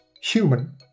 human